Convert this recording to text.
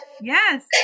Yes